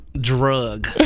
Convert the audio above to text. drug